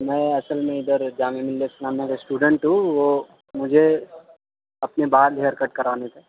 میں اصل میں ادھر جامعہ ملیہ اسلامیہ کا اسٹوڈنٹ ہوں وہ مجھے اپنے بال ہیئر کٹ کرانے تھے